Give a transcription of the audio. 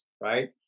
right